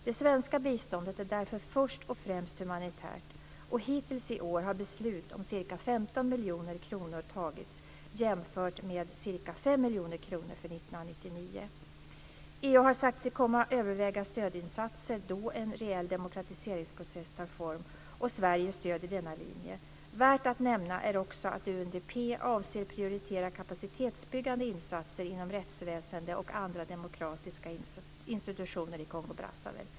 Det svenska biståndet är därför först och främst humanitärt, och hittills i år har beslut om ca 15 miljoner kronor tagits, jämfört med ca 5 miljoner kronor för 1999. EU har sagt sig komma att överväga stödinsatser då en reell demokratiseringsprocess tar form. Sverige stöder denna linje. Värt att nämna är också att UNDP avser prioritera kapacitetsbyggande insatser inom rättsväsende och andra demokratiska institutioner i Kongo-Brazzaville.